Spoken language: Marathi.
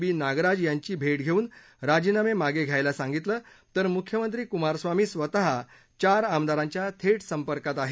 बी नागराज यांची भेट घेऊन राजीनामे मागे घ्यायला सांगितलं आहे तर मुख्यमंत्री कुमारस्वामी स्वतः चार आमदारांच्या थेट संपर्कात आहेत